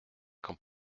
quand